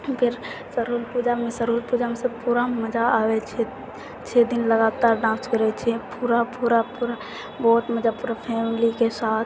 फेर सरहुल पूजामे सरहुल पूजामे पूरामे मजा आबै छै छओ दिन लगातार डान्स करै छियै पूरा पूरा पूरा भोरमे जब पूरा फैमिलीके साथ